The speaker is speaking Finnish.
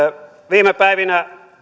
viime päivinä